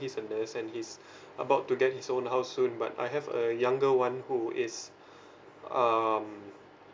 he's a nurse and he's about to get his own house soon but I have a younger one who is um